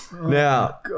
Now